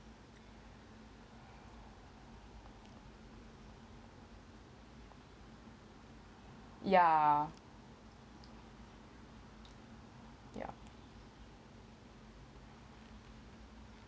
ya yup